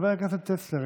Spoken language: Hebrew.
חבר הכנסת טסלר,